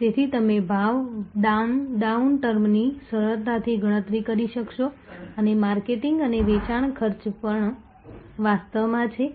તેથી તમે ભાવ ડાઉન ટર્મની સરળતાથી ગણતરી કરી શકશો અને માર્કેટિંગ અને વેચાણ ખર્ચ પણ વાસ્તવમાં છે